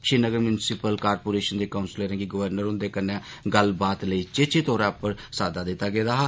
Srinagar municipal corporation दे काउंसिलरें गी गवर्नर हुंदे कन्नै गल्लबात लेई चेचे तौरा पर साद्दा दित्ता गेदा हा